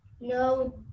No